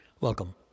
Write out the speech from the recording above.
Welcome